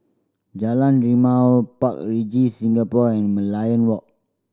Jalan Rimau Park Regis Singapore and Merlion Walk